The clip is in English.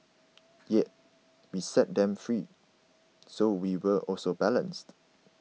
yet we set them free so we were also balanced